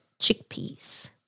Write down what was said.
chickpeas